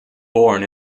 born